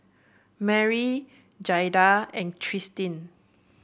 Merrie Jaida and Tristin